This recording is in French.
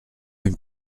une